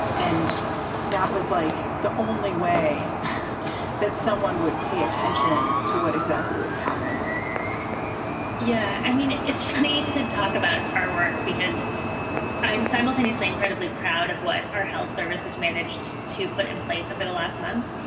and that was like the only way that someone would pay attention to what exactly was happening with this guy yeah. i mean, it's funny to talk about our work because i am simultaneously incredibly proud of what our health service has managed to put in place over the last month.